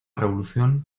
revolución